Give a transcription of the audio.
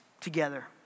together